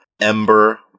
Ember